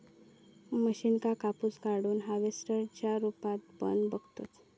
मशीनका कापूस काढुच्या हार्वेस्टर च्या रुपात पण बघतत